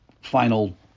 final